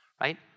Right